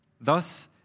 Thus